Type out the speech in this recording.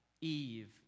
Eve